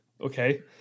Okay